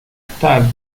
estar